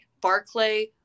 Barclay